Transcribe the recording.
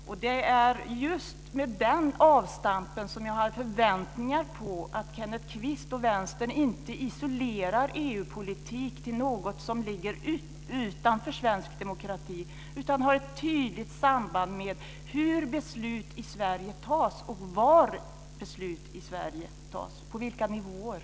Det är med just det avstampet som jag har förväntningar på att Kenneth Kvist och Vänstern inte isolerar EU-politik som något som ligger utanför svensk demokrati, utan ser det som något som har ett tydligt samband med hur beslut i Sverige fattas och var - på vilka nivåer - beslut i Sverige fattas.